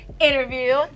interview